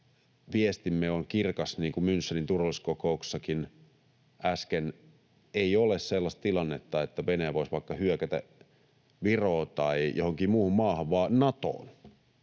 viestimme on kirkas niin kuin Münchenin turvallisuuskokouksessakin äsken. Ei ole sellaista tilannetta, että Venäjä voisi vaikka hyökätä Viroon tai johonkin muuhun maahan, vaan Natoon.